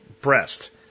breast